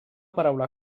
paraula